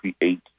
create